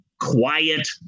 quiet